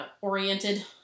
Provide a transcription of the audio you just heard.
oriented